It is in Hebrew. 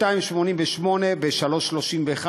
2.88 ו-3.31,